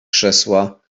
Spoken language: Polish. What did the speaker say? krzesła